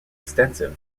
extensive